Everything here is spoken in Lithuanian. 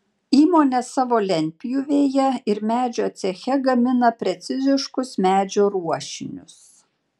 įmonė savo lentpjūvėje ir medžio ceche gamina preciziškus medžio ruošinius